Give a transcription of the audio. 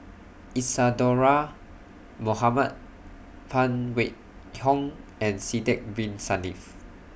Isadhora Mohamed Phan Wait Hong and Sidek Bin Saniff